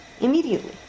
Immediately